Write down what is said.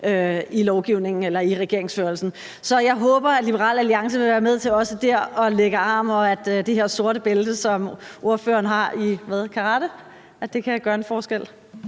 i lovgivningen eller i regeringsførelsen. Så jeg håber, at Liberal Alliance være med til også dér at lægge arm, og at det her sorte bælte, som ordføreren har i – hvad? – karate, kan gøre en forskel.